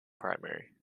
primary